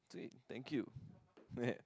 sweet thank you